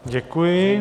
Děkuji.